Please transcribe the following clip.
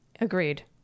Agreed